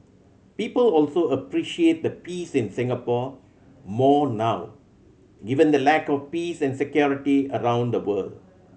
people also appreciate the peace in Singapore more now given the lack of peace and security around the world